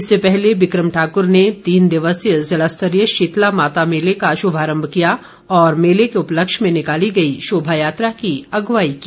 इससे पहले विक्रम ठाकुर ने तीन दिवसीय जिला स्तरीय शीतला माता मेले का शुभारम्भ किया और मेले के उपलक्ष्य में निकाली गई शोभा यात्रा की अग्वाई की